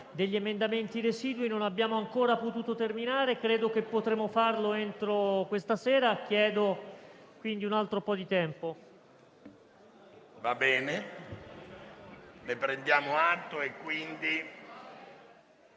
degli emendamenti residui; non abbiamo ancora potuto terminare, ma credo che potremo farlo entro questa sera. Chiedo quindi un altro po' di tempo. PRESIDENTE. Ne prendiamo atto, presidente